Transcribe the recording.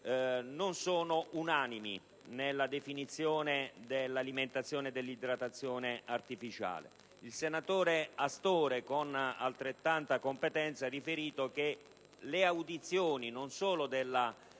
non è unanime nella definizione dell'alimentazione e dell'idratazione artificiale. Il senatore Astore, con altrettanta competenza, ha riferito che le audizioni, non solo nel